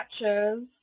matches